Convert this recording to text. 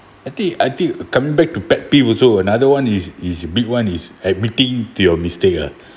I think I think coming back to pet peeve also another one is is big one is admitting to your mistake ah